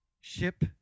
ship